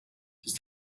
does